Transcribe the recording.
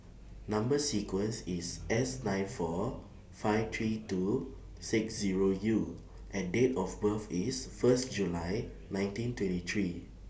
Number sequence IS S nine four five three two six Zero U and Date of birth IS First July nineteen twenty three